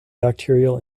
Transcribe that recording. bacterial